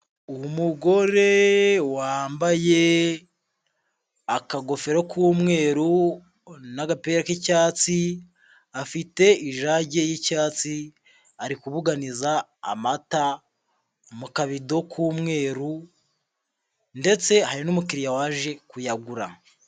Umugore wambaye akagofero k'umweru n'agapira k'icyatsi afite ijage y'icyatsi, ari kubuganiza amata mu kabido k'umweru ndetse hari n'umukiriya waje kuyagura.